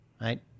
right